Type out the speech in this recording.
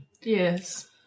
Yes